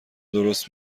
درست